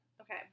Okay